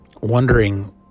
wondering